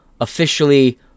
officially